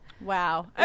Wow